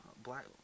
Black